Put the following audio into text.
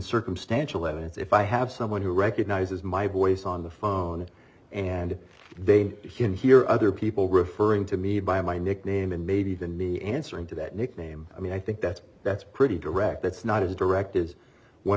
circumstantial evidence if i have someone who recognizes my voice on the phone and they can hear other people referring to me by my nickname and maybe even me answering to that nickname i mean i think that's that's pretty direct that's not as direct is one